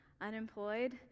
unemployed